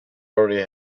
already